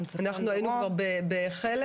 אנחנו היינו כבר בחלק,